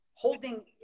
holding